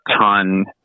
ton